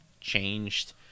changed